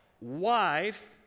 wife